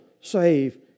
save